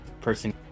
person